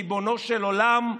ריבונו של עולם,